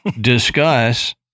discuss